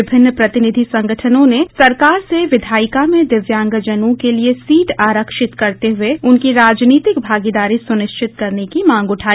विभिन्न प्रतिनिधि संगठनों ने सरकार से विधायिका में दिव्यांगजनों के लिये सीट आरक्षित करते हुये उनकी राजनीतिक भागीदारी सुनिश्चित करने की मांग उठायी